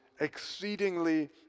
exceedingly